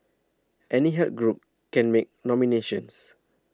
any health group can make nominations